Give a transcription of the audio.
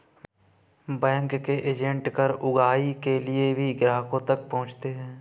bank के agent कर उगाही के लिए भी ग्राहकों तक पहुंचते हैं